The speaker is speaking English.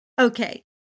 Okay